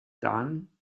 dan